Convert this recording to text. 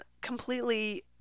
completely